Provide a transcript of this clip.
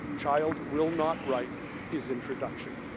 child will not write his introduction.